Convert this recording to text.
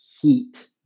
heat